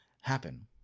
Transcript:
happen